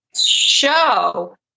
show